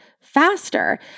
faster